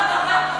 קוראים לה?